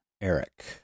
Eric